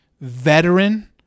veteran